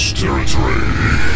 territory